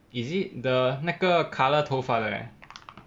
is it the 那个 colour 头发的